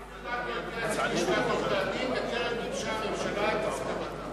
אף אחד לא התייעץ עם לשכת עורכי-הדין בטרם גיבשה הממשלה את הסכמתה.